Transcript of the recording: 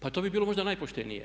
Pa to bi bilo možda najpoštenije.